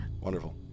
Wonderful